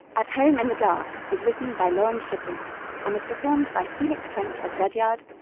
at home in the dark was written by lauren shippen and was performed by felix trench as rudyard,